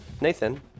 Nathan